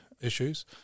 issues